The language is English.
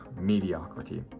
mediocrity